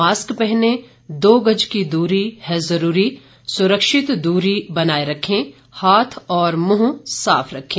mask पहनें दो गज दूरी है जरूरी सुरक्षित दूरी बनाये रखें हाथ और मुंह साफ रखें